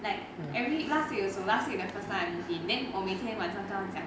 like every last week 的时候 last week the first time I move in then 我每天晚上跟他讲